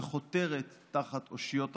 וחותרת תחת אושיות החברה.